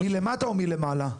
מלמטה או מלמעלה?